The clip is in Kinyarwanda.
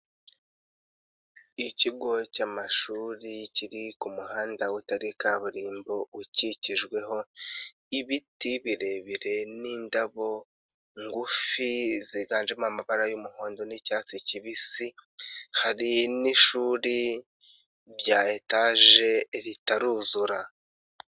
Ikigo cy'amashuri kiri ku muhanda utari kaburimbo, ukikijweho ibiti birebire n'indabo ngufi ziganjemo amabara y'umuhondo n'icyatsi kibisi, hari n'ishuri rya etaje ritaruzura.